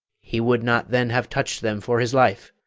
he would not then have touch'd them for his life!